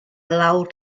lawr